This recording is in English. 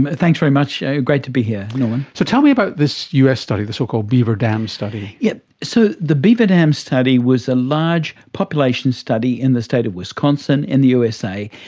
ah thanks very much, great to be here norman. so tell me about this us study, the so-called beaver dam study. yes, so the beaver dam study was a large population study in the state of wisconsin in the usa,